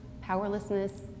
powerlessness